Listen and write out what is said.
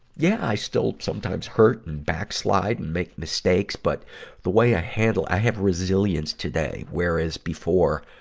yeah, i still sometimes hurt and backslide and make mistakes. but the way i handle, i have resilience today, whereas before,